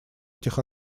этих